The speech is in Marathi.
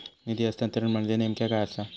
निधी हस्तांतरण म्हणजे नेमक्या काय आसा?